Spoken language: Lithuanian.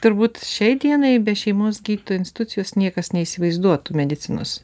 turbūt šiai dienai be šeimos gydytojo institucijos niekas neįsivaizduotų medicinos